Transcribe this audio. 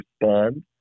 respond